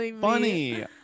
funny